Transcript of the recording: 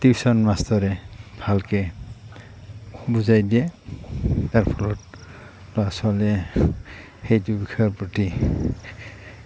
tuition মাষ্টৰে ভালকৈ বুজাই দিয়ে তাৰ ফলত ল'ৰা ছোৱালীয়ে সেইটো বিষয়ৰ প্ৰতি